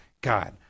God